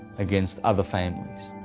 against other families.